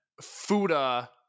Fuda